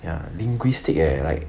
ya linguistic eh like